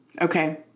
Okay